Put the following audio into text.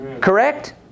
Correct